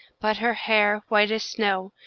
but her hair, white as snow,